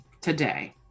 today